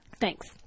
Thanks